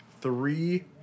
three